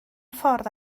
ffordd